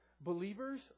believers